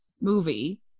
movie